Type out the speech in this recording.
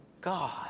God